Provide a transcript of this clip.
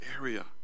area